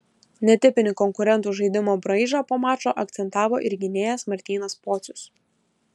netipinį konkurentų žaidimo braižą po mačo akcentavo ir gynėjas martynas pocius